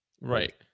Right